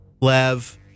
Lev